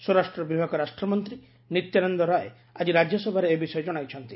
ସ୍ୱରାଷ୍ଟ୍ର ବିଭାଗ ରାଷ୍ଟ୍ରମନ୍ତ୍ରୀ ନିତ୍ୟାନନ୍ଦ ରାୟ ଆଜି ରାଜ୍ୟସଭାରେ ଏ ବିଷୟ ଜଣାଇଛନ୍ତି